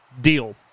deal